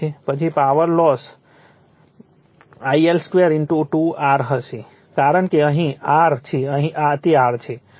પછી power loss IL2 2 R હશે કારણ કે અહીં તે R છે અહીં તે R છે